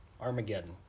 Armageddon